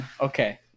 Okay